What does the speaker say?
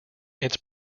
its